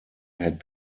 had